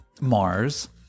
Mars